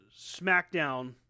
Smackdown